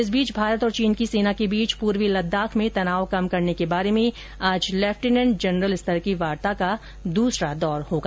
इस बीच भारत और चीन की सेना के बीच पूर्वी लद्दाख में तनाव कम करने के बारे में आज लेफ्टिनेंट जनरल स्तर की वार्ता का दूसरा दौर होगा